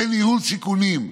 זה ניהול סיכונים.